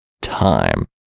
time